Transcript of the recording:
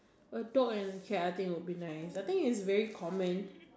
a dog and a cat I think will be nice I think is very common